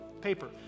paper